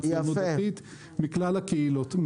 גם ציונות דתית מכלל הקהילות.